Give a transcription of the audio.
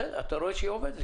בסדר, אתה רואה שהיא עובדת.